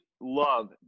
love